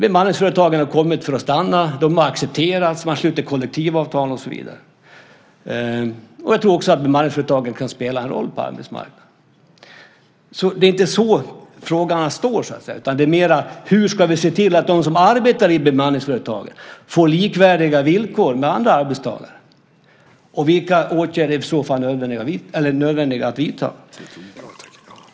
Bemanningsföretagen har kommit för att stanna, de har accepterats, de sluter kollektivavtal och så vidare. Jag tror att bemanningsföretagen kan spela en roll på arbetsmarknaden. Det är inte så frågorna står. Det är mera fråga om hur vi ska se till att de som arbetar för bemanningsföretagen får likvärdiga villkor med andra arbetstagare och vilka åtgärder som är nödvändiga att vidta.